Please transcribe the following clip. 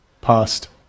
past